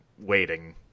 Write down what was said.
waiting